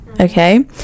Okay